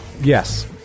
Yes